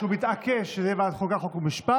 אמר שהוא מתעקש שזה יהיה בוועדת החוקה, חוק ומשפט.